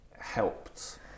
helped